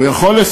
והוא יכול,